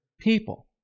people